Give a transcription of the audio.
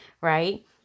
right